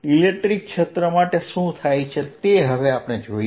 electric ક્ષેત્ર માટે શું થાય છે તે હવે જોઈએ